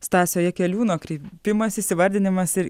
stasio jakeliūno kreipimasis įvardinimas ir